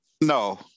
No